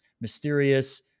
mysterious